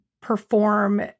perform